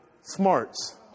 smarts